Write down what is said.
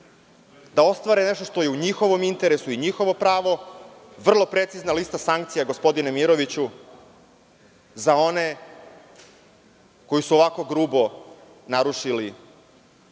da ostvare nešto što je u njihovom interesu i njihovo pravo, vrlo precizna lista sankcija, gospodine Miroviću, za one koji su ovako grubo narušili